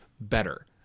better